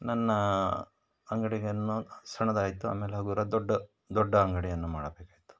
ನನ್ನ ಅಂಗಡಿಗಿನ್ನು ಸಣ್ಣದಾಯ್ತು ಆಮೇಲೆ ಹಗುರ ದೊಡ್ಡ ದೊಡ್ಡ ಅಂಗಡಿಯನ್ನು ಮಾಡಬೇಕಾಯಿತು